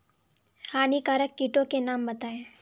हानिकारक कीटों के नाम बताएँ?